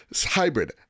Hybrid